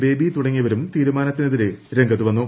baby തുടങ്ങിയവരും തീരുമാനത്തിനെതിരെ രംഗത്ത് വന്നു